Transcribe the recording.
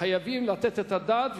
שחייבים לתת עליהם את הדעת,